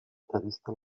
prevista